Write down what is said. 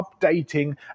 updating